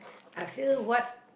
I feel what